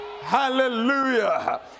Hallelujah